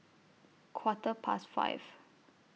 Quarter Past five